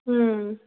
ହୁଁ